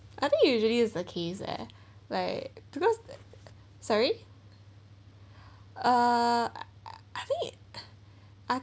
I think usually it is a case leh like because that sorry uh I think it I